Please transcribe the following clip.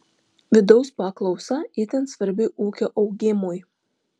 vidaus paklausa itin svarbi ūkio augimui